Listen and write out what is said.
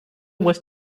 was